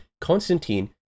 Constantine